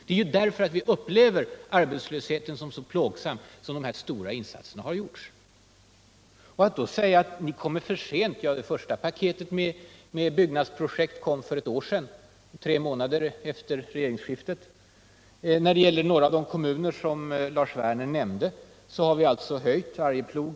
Det är ju därför att vi upplever arbetslösheten som så oerhört plågsam som de här stora insatserna har gjorts. Då säger man: Ni kommer för sent. Ja, det första paketet med byggnadsprojekt kom för ett år sedan — tre månader efter regeringsskiftet. Och när det gäller bl.a. några av de kommuner som Lars Werner nämnde — Arjeplog.